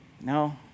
No